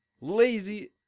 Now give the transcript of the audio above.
Lazy